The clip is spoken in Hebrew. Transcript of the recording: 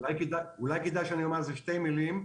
אולי כדאי שאני אומר איזה שתי מילים.